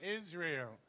Israel